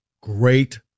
great